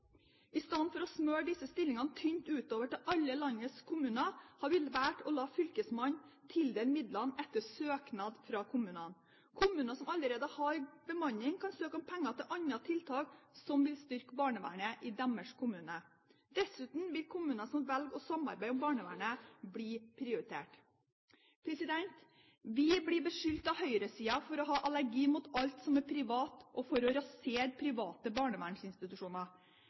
I stedet for å smøre disse stillingene tynt utover til alle landets kommuner har vi valgt å la fylkesmannen tildele midler etter søknad fra kommunene. Kommuner som allerede har god bemanning, kan søke om penger til andre tiltak som vil styrke barnevernet i deres kommune. Dessuten vil kommuner som velger å samarbeide om barnevernet, bli prioritert. Vi blir beskyldt av høyresiden for å ha allergi mot alt som er privat og for å rasere private barnevernsinstitusjoner.